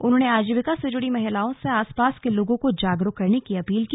उन्होंने आजीविका से जुड़ी महिलाओं से आसपास के लोगों को जागरूक करने की अपील की